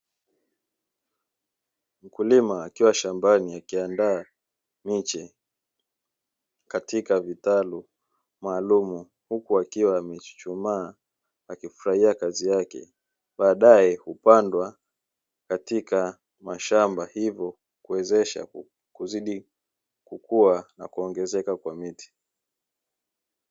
Mkulima akiwa shambani akiandaa miche katika vitalu maalumu huku akiwa amechuchumaa akifurahia kazi yake; baadae hupandwa katika mashamba hivyo kuwezesha kuzidi kukua na kuongezeka kwa miti.